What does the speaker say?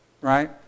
right